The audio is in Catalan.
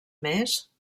més